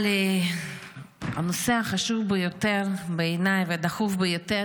אבל הנושא החשוב ביותר בעיניי והדחוף ביותר